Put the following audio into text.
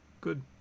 good